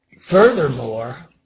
furthermore